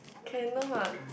cannot